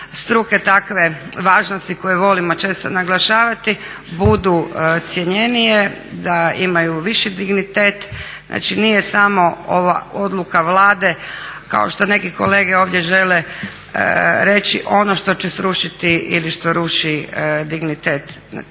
struke takve važnosti koje volimo često naglašavati budu cjenjenije, da imaju viši dignitet. Znači, nije samo ova odluka Vlade kao što neki kolege ovdje žele reći ono što će srušiti ili što ruši dignitet